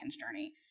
journey